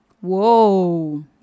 Whoa